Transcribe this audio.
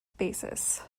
basis